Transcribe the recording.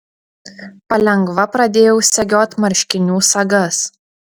palengva pradėjau segiot marškinių sagas